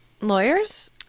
lawyers